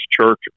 church